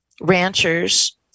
ranchers